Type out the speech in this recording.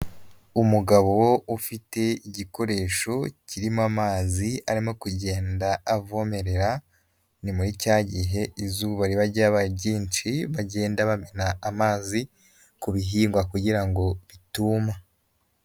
Umugabo ufite igikoresho kirimo amazi arimo kugenda avomerera, ni muri cya gihe izuba riba rya ryinshi, bagenda bamena amazi ku bihingwa kugira ngo bitumba.